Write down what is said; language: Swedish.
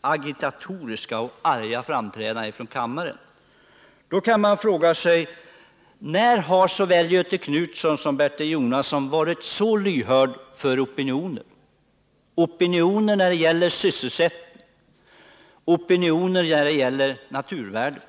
agitatoriska och arga framträdande i kammaren frågar jag mig: När har Göthe Knutson och Bertil Nr 49 Jonasson varit så lyhörda för opinioner — opinioner när det gäller Tisdagen den sysselsättning och opinioner när det gäller naturvärden?